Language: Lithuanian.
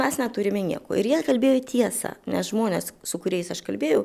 mes neturime nieko ir jie kalbėjo tiesą nes žmonės su kuriais aš kalbėjau